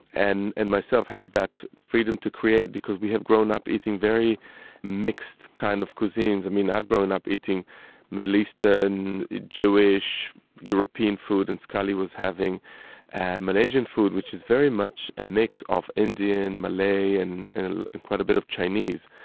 and and myself have that freedom to create because we have grown up eating very mixed kind of cuisines. and i've grown up eating middle eastern, jewish and european food. and scully was having malaysian food, which is very much a mix of indian, malay and and quite a bit of chinese.